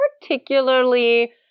particularly